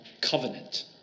covenant